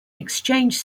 exchange